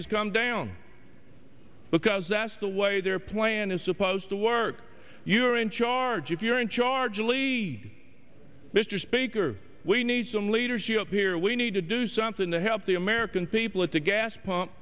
has gone down because that's the way their plan is supposed to work you are in charge if you're in charge really mr speaker we need some leadership here we need to do something to help the american people at the gas pump